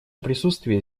присутствие